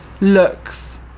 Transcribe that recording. looks